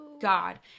god